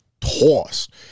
tossed